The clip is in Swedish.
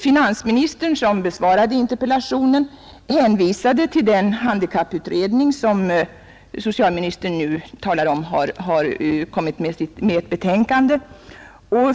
Finansministern, som besvarade interpellationen, hänvisade till den handikapputredning som nu enligt vad socialministern upplyste har kommit med ett betänkande.